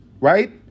Right